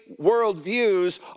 worldviews